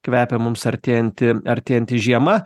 kvepia mums artėjanti artėjanti žiema